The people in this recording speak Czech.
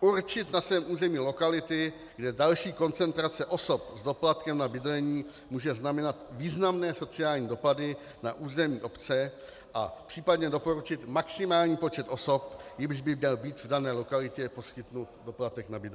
určit na svém území lokality, kde další koncentrace osob s doplatkem na bydlení může znamenat významné sociální dopady na území obce, a případně doporučit maximální počet osob, jimž by měl být v dané lokalitě poskytnut doplatek na bydlení.